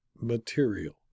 material